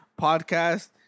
podcast